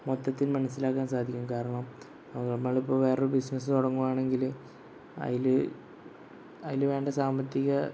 മൊത്തത്തിൽ മനസ്സിലാക്കാൻ സാധിക്കും കാരണം അത് നമ്മൾ ഇപ്പോൾ വേറെ ഒരു ബിസിനസ്സ് തുടങ്ങുകയാണെങ്കിൽ അതിൽ അതിൽ വേണ്ട സാമ്പത്തികം